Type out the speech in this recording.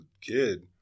kid